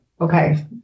Okay